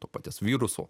to paties viruso